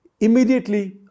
immediately